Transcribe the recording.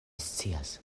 scias